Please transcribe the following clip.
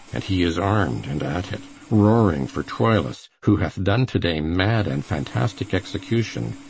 and he is arm'd and at it, roaring for troilus who hath done to-day mad and fantastic execution,